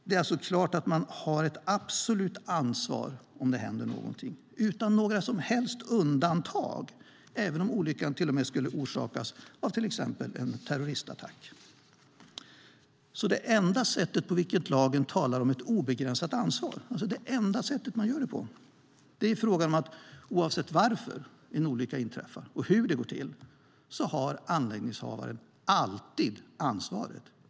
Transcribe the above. Det är alltså klart att man har ett absolut ansvar om det händer någonting, utan några som helst undantag, till och med om olyckan skulle orsakas av en terroristattack. Det enda sättet som lagen talar om ett obegränsat ansvar är att oavsett varför en olycka inträffar och hur det går till har anläggningshavaren alltid ansvaret.